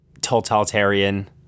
totalitarian